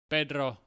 Pedro